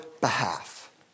behalf